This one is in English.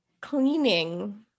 cleaning